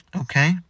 Okay